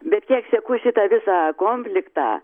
bet kiek seku šitą visą konfliktą